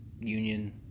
union